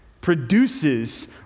produces